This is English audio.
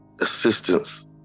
assistance